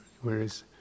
whereas